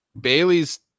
Bailey's